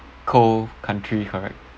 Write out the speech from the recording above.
cold country correct